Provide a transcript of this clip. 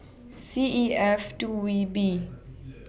C E F two V B